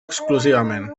exclusivament